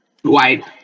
White